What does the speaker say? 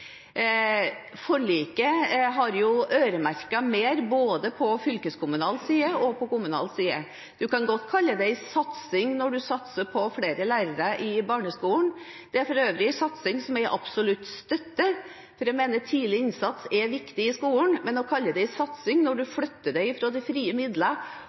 Forliket har øremerket mer både på fylkeskommunal side og på kommunal side. En kan godt kalle det en satsing når en satser på flere lærere i barneskolen – det er for øvrig en satsing vi absolutt støtter, fordi jeg mener tidlig innsats er viktig i skolen, men å kalle det en satsing når en flytter penger fra de frie midlene,